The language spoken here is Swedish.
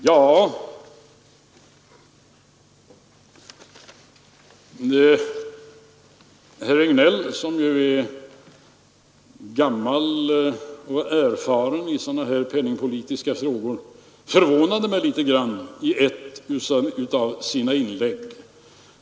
Herr Regnéll, som ju är gammal och erfaren i sådana här penningpolitiska frågor, förvånade mig litet grand i ett av sina inlägg.